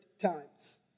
times